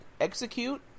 Execute